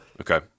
Okay